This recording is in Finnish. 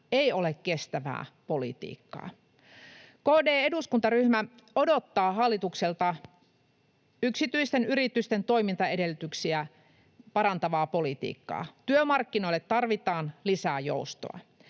ei ole kestävää politiikkaa. KD-eduskuntaryhmä odottaa hallitukselta yksityisten yritysten toimintaedellytyksiä parantavaa politiikkaa. Työmarkkinoille tarvitaan lisää joustoa.